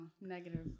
negative